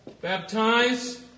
Baptize